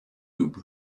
lube